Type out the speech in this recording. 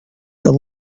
the